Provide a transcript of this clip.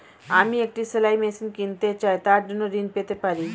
আমি একটি সেলাই মেশিন কিনতে চাই তার জন্য ঋণ পেতে পারি?